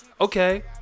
Okay